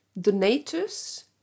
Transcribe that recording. donators